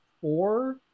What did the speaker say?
four